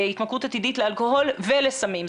התמכרות עתידית לאלכוהול ולסמים.